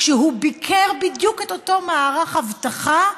כשהוא ביקר בדיוק את אותו מערך אבטחה,